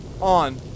on